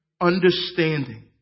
understanding